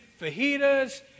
fajitas